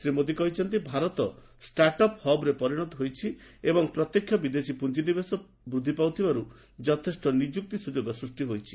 ଶ୍ରୀ ମୋଦି କହିଛନ୍ତି Bharat start up ହବ୍ରେ ପରିଣତ ହୋଇଛି ଏବଂ ପ୍ରତ୍ୟେକ୍ଷ ବିଦେଶୀ ପୁଞ୍ଜିନିବେଶ ବୃଦ୍ଧି ପାଇଥିବାରୁ ଯଥେଷ୍ଟ ନିଯୁକ୍ତି ସୁଯୋଗ ସୃଷ୍ଟି ହୋଇଛି